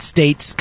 States